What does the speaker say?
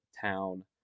Town